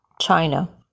China